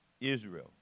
Israel